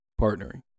partnering